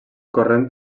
corrent